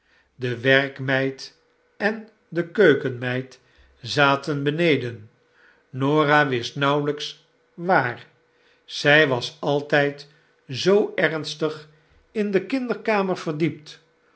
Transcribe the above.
de werkmeid en de keukenmeid zaten beneden norah wist nauwelijks wdar zy was altjjd zoo ernstig in de kinderkamer verdiept